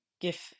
give